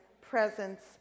presence